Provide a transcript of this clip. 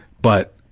but,